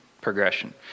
progression